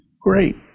Great